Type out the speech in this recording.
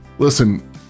Listen